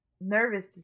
nervous